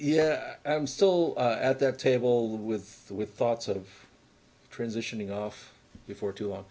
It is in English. yeah i'm still at that table with the with thoughts of transitioning off before too long